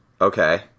Okay